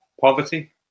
Poverty